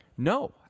No